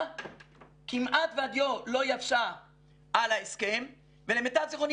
כמעט והדיו לא יבשה על ההסכם ולמיטב זכרוני